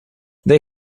they